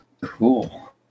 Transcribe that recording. Cool